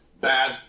bad